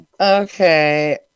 Okay